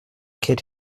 kid